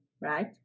right